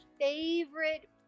favorite